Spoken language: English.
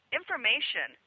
information